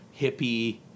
hippie